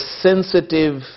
sensitive